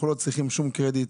אנחנו לא צריכים שום קרדיט.